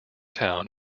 town